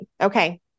okay